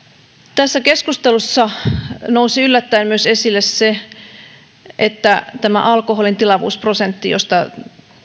tässä keskustelussa nousi yllättäen esille myös se että tämä alkoholin tilavuusprosentti josta